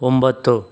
ಒಂಬತ್ತು